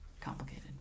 complicated